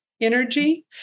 energy